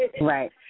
Right